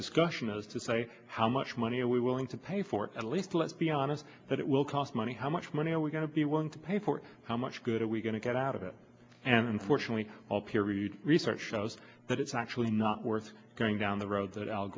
discussion is to say how much money are we willing to pay for it at least let's be i know that it will cost money how much money are we going to be willing to pay for how much good are we going to get out of it and unfortunately all peer reviewed research shows that it's actually not worth going down the road that al